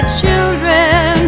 children